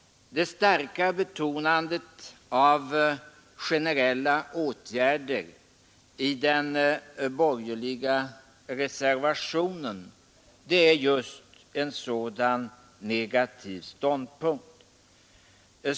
Det starka betonandet av generella åtgärder i den borgerliga reservationen är just en sådan negativ ståndpunkt.